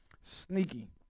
Sneaky